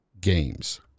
games